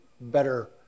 better